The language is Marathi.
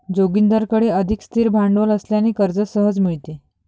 जोगिंदरकडे अधिक स्थिर भांडवल असल्याने कर्ज सहज मिळते